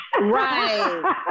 right